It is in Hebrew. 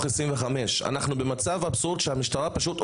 25. אנחנו במצב אבסורד שהמשטרה פשוט,